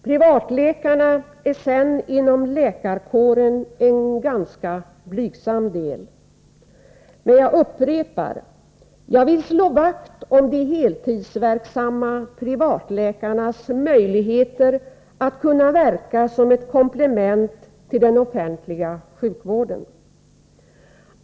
Privatläkarna är sedan inom läkarkåren en ganska blygsam del. Men jag upprepar: Jag vill slå vakt om de heltidsverksamma privatläkarnas möjligheter att verka som ett komplement till den offentliga sjukvården.